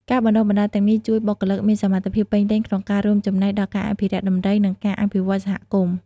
ការបណ្ដុះបណ្ដាលទាំងនេះជួយបុគ្គលិកមានសមត្ថភាពពេញលេញក្នុងការរួមចំណែកដល់ការអភិរក្សដំរី និងការអភិវឌ្ឍន៍សហគមន៍។